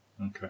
okay